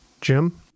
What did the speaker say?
Jim